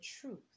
truth